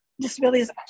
disabilities